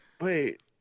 Wait